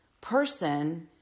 person